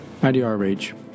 IDRH